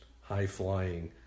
high-flying